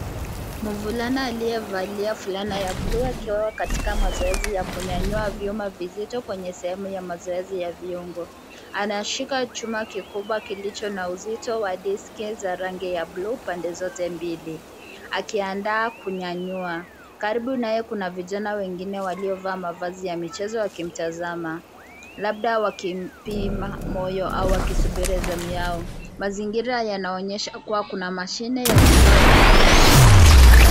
Mvulana aliyevalia fulana ya buluu akiwa katika mazoezi ya kunyanyua vyuma vizito kwenye sehemu ya mazoezi ya viungo. Anashika chuma kikubwa kilicho na uzito wa diski za rangi ya buluu pande zote mbili, akiandaa kunyanyua. Karibu naye kuna vijana wengine waliovaa mavazi ya michezo wakimtazama; labda wakimpima moyo au wakisubiri zamu yao. Mazingira yanaonyesha kuwa kuna mashine ya vifaa.